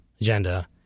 agenda